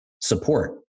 support